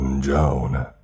Joan